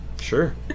Sure